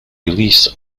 release